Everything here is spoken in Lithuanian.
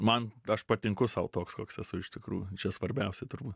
man aš patinku sau toks koks esu iš tikrųjų čia svarbiausia turbūt